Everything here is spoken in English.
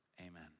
amen